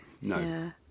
No